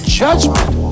judgment